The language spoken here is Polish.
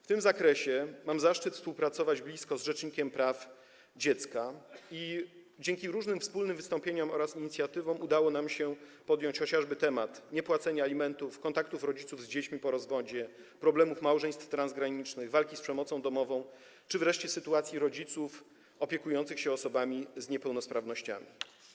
W tym zakresie mam zaszczyt współpracować blisko z rzecznikiem praw dziecka i dzięki różnym wspólnym wystąpieniom oraz inicjatywom udało nam się podjąć chociażby temat niepłacenia alimentów, kontaktów rodziców z dziećmi po rozwodzie, problemów małżeństw transgranicznych, walki z przemocą domową czy wreszcie sytuacji rodziców opiekujących się osobami z niepełnosprawnościami.